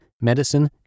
medicine